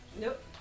Nope